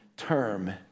term